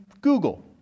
Google